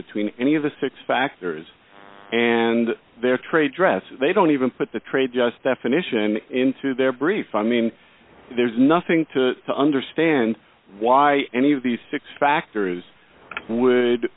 between any of the six factors and their trade dress they don't even put the trade just definition into their brief i mean there's nothing to understand why any of these six factors would